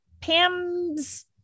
pam's